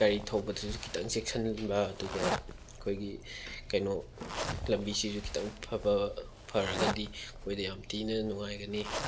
ꯒꯥꯔꯤ ꯊꯧꯕꯗꯁꯨ ꯈꯤꯇꯪ ꯆꯦꯛꯁꯤꯟꯕꯤꯕ ꯑꯗꯨꯒ ꯑꯩꯈꯣꯏꯒꯤ ꯀꯩꯅꯣ ꯂꯝꯕꯤꯁꯤꯁꯨ ꯈꯤꯇꯪ ꯐꯕ ꯐꯔꯒꯗꯤ ꯑꯩꯈꯣꯏꯗ ꯌꯥꯝ ꯊꯤꯅ ꯅꯨꯡꯉꯥꯏꯒꯅꯤ